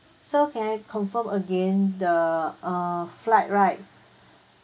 so can I confirm again the err flight right